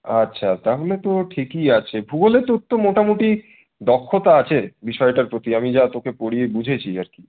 আচ্ছা তা হলে তো ঠিকই আছে ভূগোলে তোর তো মোটামুটি দক্ষতা আছে বিষয়টার প্রতি আমি যা তোকে পড়িয়ে বুঝেছি আর কী